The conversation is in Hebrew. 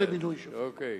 אוקיי.